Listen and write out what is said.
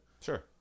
Sure